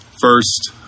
first